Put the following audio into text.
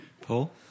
Paul